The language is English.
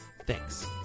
Thanks